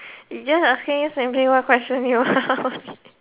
it's just asking simply what question you want